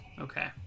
Okay